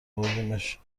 بردیمش